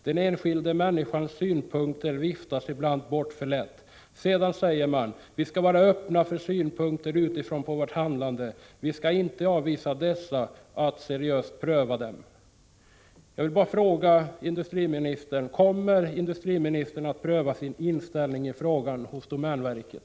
Den enskilda människans synpunkter viftas ibland bort för lätt.” Sedan säger man: ”Vi ska vara öppna för synpunkter utifrån på vårt handlande och vi ska inte avvisa dessa utan att seriöst pröva dem.” Kommer industriministern att pröva sin inställning i frågan hos domänverket?